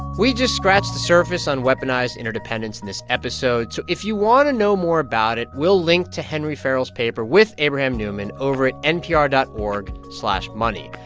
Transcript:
we just scratched the surface on weaponized interdependence in this episode, so if you want to know more about it, we'll link to henry farrell's paper with abraham newman over at npr dot org slash money.